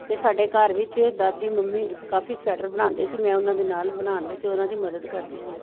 ਅਤੇ ਸਾਡੇ ਘਰ ਵਿੱਚ ਦਾਦੀ ਮੰਮੀ ਕਾਫ਼ੀ ਸਵੈਟਰ ਬਣਾਉਂਦੇ ਸੀ ਮੈਂ ਉਨ੍ਹਾਂ ਦੇ ਨਾਲ਼ ਬਣਾਉਣ ਵਿੱਚ ਉਨ੍ਹਾਂ ਦੀ ਮਦਦ ਕਰਦੀ ਸੀ